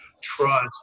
trust